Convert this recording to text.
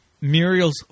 Muriel's